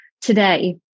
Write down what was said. today